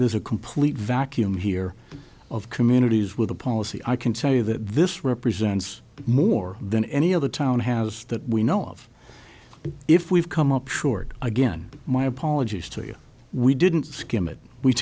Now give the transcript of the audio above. there's a complete vacuum here of communities with a policy i can tell you that this represents more than any other town has that we know of if we've come up short again my apologies to you we didn't skim it we